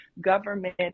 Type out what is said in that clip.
government